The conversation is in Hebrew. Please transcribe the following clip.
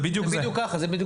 זה בדיוק הכוונה.